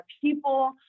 people